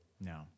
no